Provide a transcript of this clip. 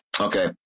Okay